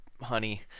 honey